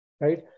right